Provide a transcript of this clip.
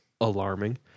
alarming